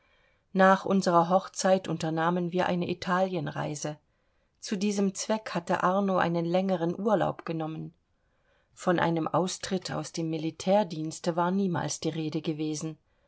nach unserer hochzeit unternahmen wir eine italienreise zu diesem zweck hatte arno einen längeren urlaub genommen von einem austritt aus dem militärdienste war niemals die rede gewesen